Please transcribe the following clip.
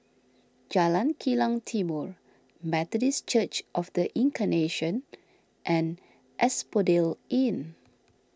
Jalan Kilang Timor Methodist Church of the Incarnation and Asphodel Inn